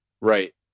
Right